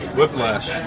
Whiplash